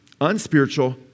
unspiritual